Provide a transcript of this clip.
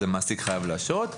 המעסיק חייב להשעות,